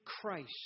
Christ